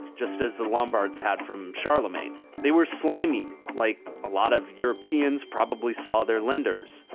just as the lombards had from charlemagne. they were slimy, like a lot of europeans probably saw their lenders.